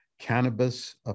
cannabis